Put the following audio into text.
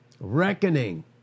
reckoning